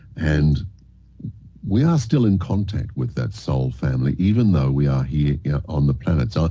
and we are still in contact with that soul family, even though we are here on the planet. so